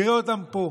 נראה אותם פה.